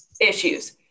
issues